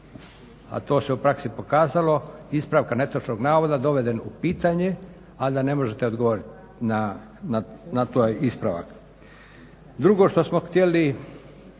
a o se u praksi pokazalo ispravka netočnog navoda doveden u pitanje, a da ne možete odgovorit na taj ispravak. Drugo što smo htjeli,